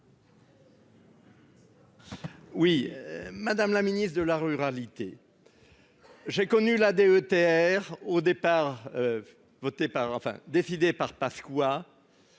Oui, madame la ministre de la ruralité, j'ai connu la DETR au départ, votée par enfin